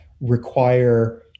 require